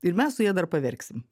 ir mes su ja dar paverksim